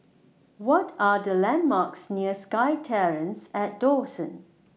What Are The landmarks near SkyTerrace At Dawson